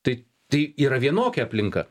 tai tai yra vienokia aplinka